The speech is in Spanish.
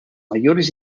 mayores